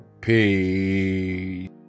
Peace